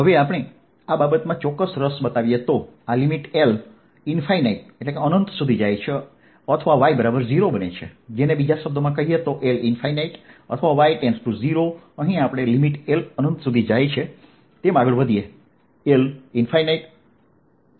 હવે આપણે આ બાબતમાં ચોક્કસ રીતે રસ બતાવીએ તો આ લિમિટ L અનંત સુધી જાય છે અથવા y0 બને છે તેને બીજા શબ્દોમાં કહીએ તો L→∞ અથવા y→0 અહીં આપણે લિમિટ L અનંત સુધી જાય છે તેમ આગળ વધીએ